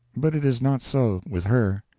but it is not so with her.